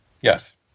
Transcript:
Yes